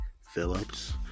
Phillips